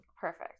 Perfect